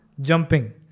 Jumping